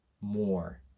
more